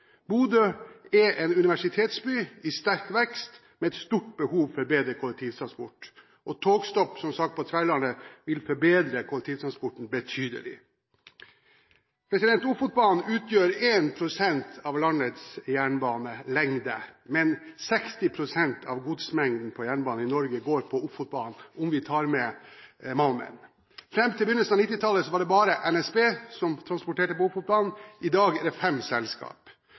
Bodø er en universitetsby i sterk vekst, med et stort behov for bedre kollektivtransport, og togstopp på Tverlandet vil som sagt forbedre kollektivtransporten betydelig. Ofotbanen utgjør 1 pst. av landets jernbanelengde, men 60 pst. av godsmengden på jernbane i Norge går på Ofotbanen – om vi tar med malmen. Fram til begynnelsen av 1990-tallet var det bare NSB som transporterte på Ofotbanen. I dag er det fem